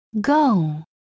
go